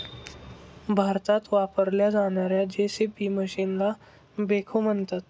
भारतात वापरल्या जाणार्या जे.सी.बी मशीनला बेखो म्हणतात